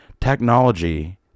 technology